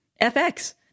FX